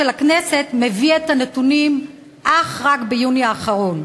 הכנסת מביא את הנתונים אך רק ביוני האחרון.